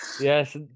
yes